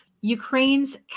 Ukraine's